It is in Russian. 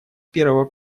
первого